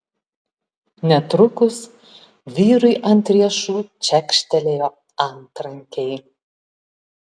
netrukus vyrui ant riešų čekštelėjo antrankiai